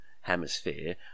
hemisphere